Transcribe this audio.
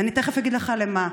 ואני תכף אגיד לך למה,